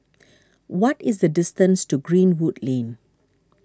what is the distance to Greenwood Lane